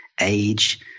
age